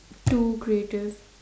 two creative